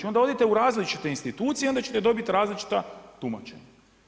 Onda odete u različite institucije i onda ćete dobiti različita tumačenja.